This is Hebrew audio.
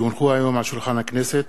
כי הונחו היום על שולחן הכנסת: